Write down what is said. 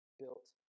built